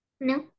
no